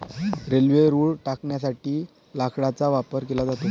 railway रुळ टाकण्यासाठी लाकडाचा वापर केला जातो